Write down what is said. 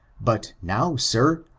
but now, sir,